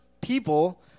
people